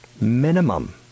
minimum